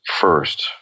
first